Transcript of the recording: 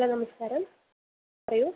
hello നമസ്കാരം പറയൂ